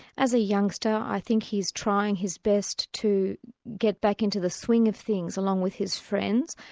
as a youngster i think he's trying his best to get back into the swing of things, along with his friends,